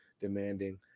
demanding